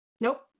Nope